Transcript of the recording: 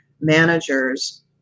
managers